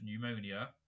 pneumonia